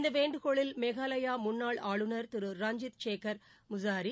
இந்த வேண்டுகோளில் மேகாலயா முன்னாள் ஆளுநர் திரு ரஞ்சித் சேகர் முஸாரி